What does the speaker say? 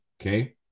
Okay